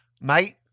mate